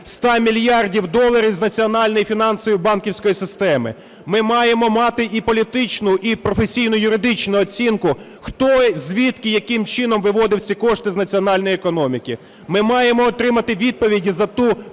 100 мільярдів доларів з національної фінансової і банківської системи. Ми маємо мати і політичну, і професійну юридичну оцінку, хто, звідки, яким чином виводив ці кошти з національної економіки. Ми маємо отримати відповіді за ту